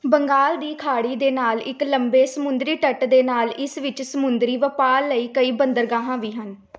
ਬੰਗਾਲ ਦੀ ਖਾੜੀ ਦੇ ਨਾਲ ਇੱਕ ਲੰਬੇ ਸਮੁੰਦਰੀ ਤੱਟ ਦੇ ਨਾਲ ਇਸ ਵਿੱਚ ਸਮੁੰਦਰੀ ਵਪਾਰ ਲਈ ਕਈ ਬੰਦਰਗਾਹਾਂ ਵੀ ਹਨ